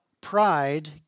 pride